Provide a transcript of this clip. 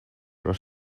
però